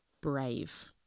brave